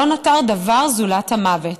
לא נותר דבר זולת המוות.